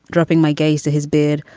dropping my gaze to his beard,